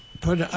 Put